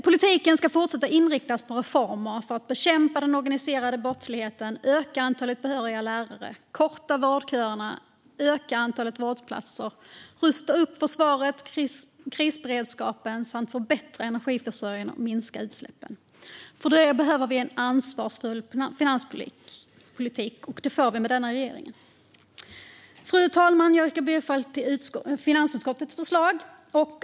Politiken ska fortsätta att inriktas på reformer för att bekämpa den organiserade brottsligheten, öka antalet behöriga lärare, korta vårdköerna, öka antalet vårdplatser, rusta upp försvaret och krisberedskapen samt förbättra energiförsörjningen och minska utsläppen. För det behöver vi en ansvarsfull finanspolitik, och det får vi med denna regering. Fru talman! Jag yrkar bifall till finansutskottets förslag.